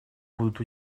будут